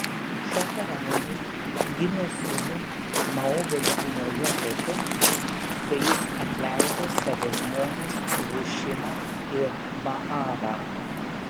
šaharaimui gimė sūnų moabo lygumoje po to kai jis atleido savo žmonas hušimą ir baarą